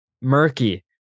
murky